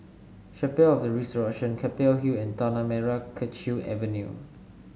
Chapel of The Resurrection Keppel Hill and Tanah Merah Kechil Avenue